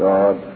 God